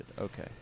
Okay